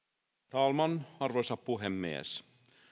talman arvoisa puhemies